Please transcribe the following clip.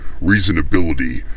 reasonability